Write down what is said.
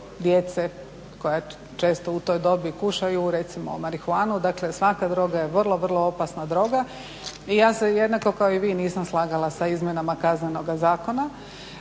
djece koja često u toj dobi kušaju recimo marihuanu, dakle svaka droga je vrlo, vrlo opasna droga i ja se jednako kao i vi nisam slagala sa izmjenama Kaznenoga zakona